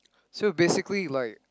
so basically like